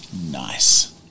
Nice